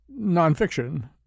nonfiction